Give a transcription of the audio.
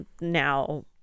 now